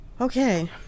Okay